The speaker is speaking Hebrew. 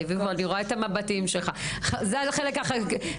רביבו, אני רואה את המבטים שלך, זה החלק הקשה.